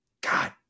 God